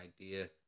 idea